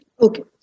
Okay